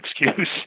excuse